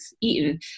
eaten